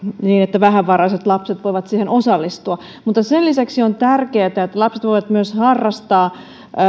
niin että vähävaraiset lapset voivat siihen osallistua mutta sen lisäksi on tärkeätä että lapset voivat myös harrastaa